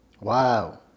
Wow